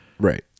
Right